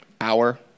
hour